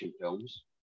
films